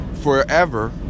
forever